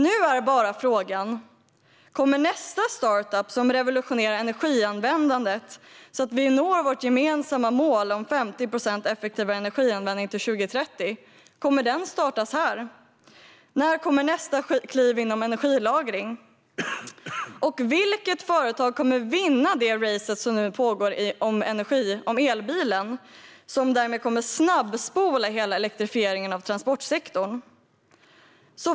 Nu är frågan: Kommer nästa startup som revolutionerar energianvändandet så att vi når vårt gemensamma mål om 50 procent effektivare energianvändning till 2030 att startas här i kammaren? När kommer nästa kliv inom energilagring? Vilket företag kommer att vinna det race som nu pågår om elbilen, som därmed kommer att snabbspola hela elektrifieringen av transportsektorn?